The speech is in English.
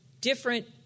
different